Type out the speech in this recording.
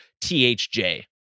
THJ